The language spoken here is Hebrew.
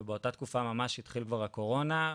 ובאותה תקופה ממש התחילה כבר הקורונה,